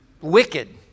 wicked